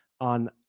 on